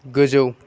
गोजौ